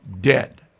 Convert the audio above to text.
dead